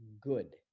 good